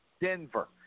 Denver